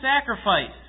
sacrifice